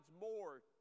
more